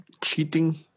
cheating